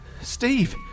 Steve